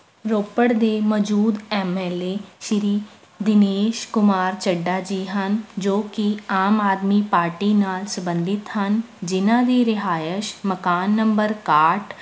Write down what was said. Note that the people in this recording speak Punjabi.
ਰੋਪੜ ਦੇ ਮੌਜੂਦ M L A Shri Dinesh Kumar Chadha ji ਹਨ ਜੋ ਕਿ ਆਮ ਆਦਮੀ ਪਾਰਟੀ ਨਾਲ ਸੰਬੰਧਿਤ ਹਨ ਜਿਨ੍ਹਾਂ ਦੀ ਰਿਹਾਇਸ਼ ਮਕਾਨ ਨੰਬਰ ਇੱਕਾਹਠ